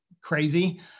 crazy